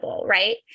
Right